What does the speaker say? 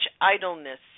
idleness